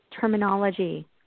terminology